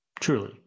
truly